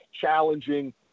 challenging